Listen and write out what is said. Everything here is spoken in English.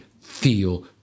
feel